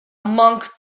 monk